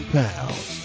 pounds